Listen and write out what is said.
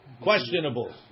questionable